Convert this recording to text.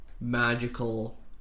Magical